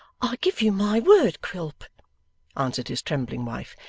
i give you my word, quilp answered his trembling wife,